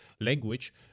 language